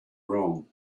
wrong